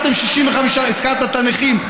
הזכרת את הנכים.